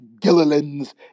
Gilliland's